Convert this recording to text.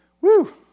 woo